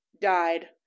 died